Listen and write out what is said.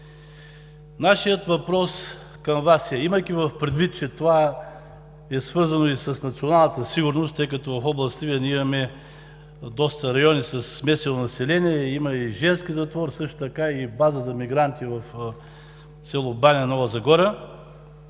Нашият въпрос към Вас, имайки предвид, че това е свързано и с националната сигурност, тъй като в област Сливен имаме доста райони със смесено население, има и женски затвор, също така и база за мигранти в с. Баня, Нова Загора,